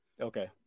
Okay